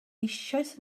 eisoes